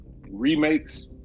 remakes